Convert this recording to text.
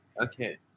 Okay